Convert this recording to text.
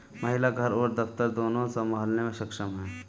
महिला घर और दफ्तर दोनो संभालने में सक्षम हैं